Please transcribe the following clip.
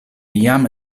jam